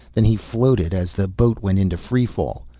then he floated as the boat went into free fall.